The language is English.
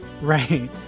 right